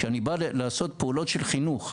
כשאני בא לעשות פעולות של חינוך,